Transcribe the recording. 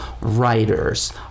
writers